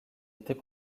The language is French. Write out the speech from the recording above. était